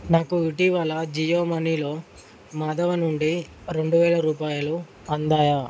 నాకు ఇటీవల జియో మనీలో మాధవ నుండి రెండు వేల రూపాయలు అందాయా